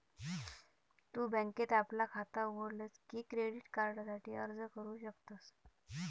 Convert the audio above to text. तु बँकेत आपला खाता उघडलस की क्रेडिट कार्डासाठी अर्ज करू शकतस